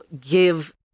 give